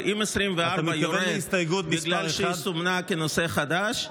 אבל אם 24 יורדת בגלל שהיא סומנה כנושא חדש,